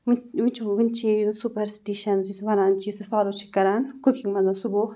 وٕنۍ چھُو وٕنۍ چھِ یہِ سوٗپَرسِٹِشَنٕز یُس وَنان چھِ یُس أسۍ فالو چھِ کَران کُکِنٛگ منٛز سُہ گوٚو